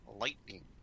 lightning